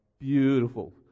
Beautiful